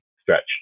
stretch